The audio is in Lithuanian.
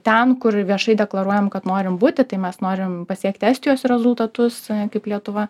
ten kur viešai deklaruojam kad norim būti tai mes norim pasiekti estijos rezultatus kaip lietuva